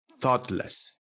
thoughtless